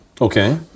Okay